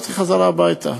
וחזרתי הביתה.